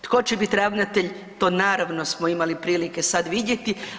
Tko će bit ravnatelj to naravno smo imali prilike sad vidjeti.